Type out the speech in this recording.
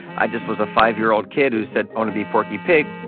i just was a five-year-old kid who said, i want to be porky pig.